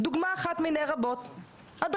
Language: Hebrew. דוגמה אחת מני רבות - הדרכה,